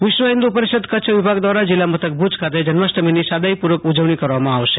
વિશ્વ હિન્દુ પરિષદ કચ્છ વિભાગ દ્રારા જિલ્લા મથક ભુજ ખાતે જન્માષ્ટમીની સાદાઈ પુ ર્વક ઉજવણી કરવામાં આવશે